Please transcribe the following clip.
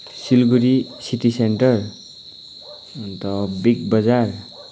Siliguri city centre and Big बजार